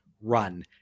run